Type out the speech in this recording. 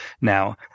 now